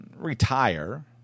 retire